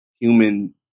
human